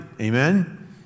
Amen